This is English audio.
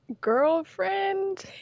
girlfriend